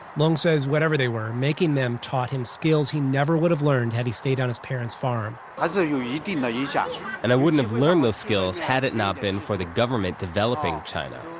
long says whatever they were, making them taught him skills he never would've learned had he stayed on his parents' farm ah so you know yeah and i wouldn't have learned those skills had it not been for the government developing china,